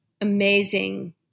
amazing